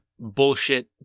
bullshit